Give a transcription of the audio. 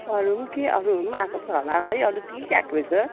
अरू केही अरूहरू आएको छ होला है अरू के के आएको रहेछ